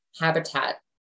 habitat